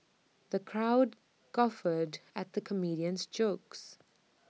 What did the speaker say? the crowd guffawed at the comedian's jokes